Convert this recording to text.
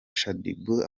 shaddyboo